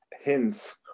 hints